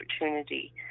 opportunity